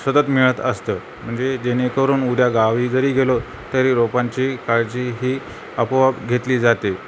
सतत मिळत असतं म्हणजे जेणेकरून उद्या गावी जरी गेलो तरी रोपांची काळजी ही आपोआप घेतली जाते